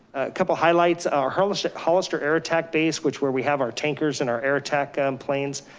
couple of highlights are hollister hollister air attack base, which where we have our tankers and our air attack planes,